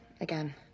Again